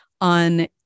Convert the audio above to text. on